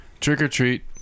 trick-or-treat